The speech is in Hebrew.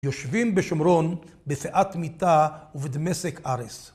יושבים בשומרון, בפאת מיטה ובדמשק אריס.